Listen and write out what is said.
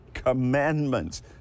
commandments